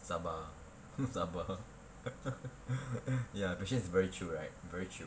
sabar hmm sabar ya but she is very chill right very chill